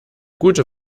gute